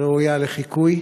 ראויה לחיקוי.